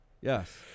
Yes